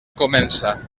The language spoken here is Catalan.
comença